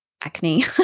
acne